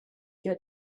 get